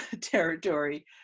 territory